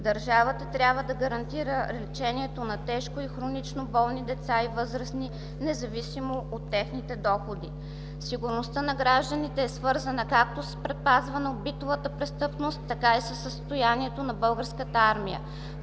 Държавата трябва да гарантира лечението на тежко и хронично болните деца и възрастни, независимо от техните доходи. Сигурността на гражданите е свързана както с предпазване от битовата престъпност, така и със състоянието на Българската армия.